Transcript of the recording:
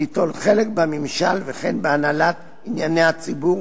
ליטול חלק בממשל וכן בהנהלת ענייני הציבור